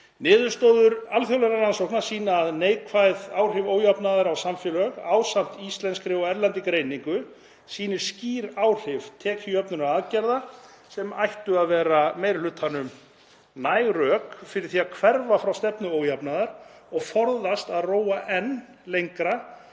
Niðurstöður alþjóðlegra rannsókna sýna að neikvæð áhrif ójafnaðar á samfélög, ásamt íslenskri og erlendri greiningu, sýni skýr áhrif tekjujöfnunaraðgerða sem ættu að vera meiri hlutanum næg rök fyrir því að hverfa frá stefnu ójafnaðar og forðast að róa enn lengra